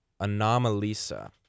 Anomalisa